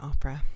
Opera